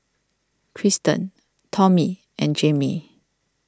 Christen Tommy and Jayme